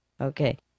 Okay